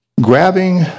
Grabbing